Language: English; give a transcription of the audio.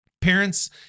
Parents